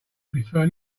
prefer